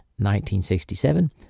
1967